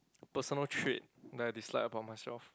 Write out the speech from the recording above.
personal trait that I dislike about myself